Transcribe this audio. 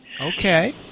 Okay